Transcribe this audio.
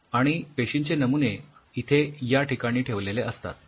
आणि पेशींचे नमुने इथे या ठिकाणी ठेवलेले असतात